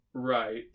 Right